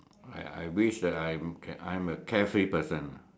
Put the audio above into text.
I I wish I'm I'm a carefree person lah